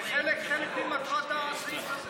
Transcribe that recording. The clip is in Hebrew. זה חלק ממטרת הסעיף הזה.